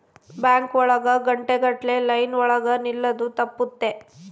bank ಒಳಗ ಗಂಟೆ ಗಟ್ಲೆ ಲೈನ್ ಒಳಗ ನಿಲ್ಲದು ತಪ್ಪುತ್ತೆ